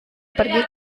pergi